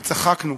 וצחקנו,